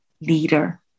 leader